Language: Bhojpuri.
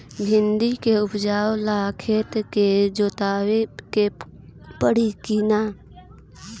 भिंदी के उपजाव ला खेत के जोतावे के परी कि ना?